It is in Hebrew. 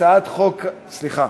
סליחה,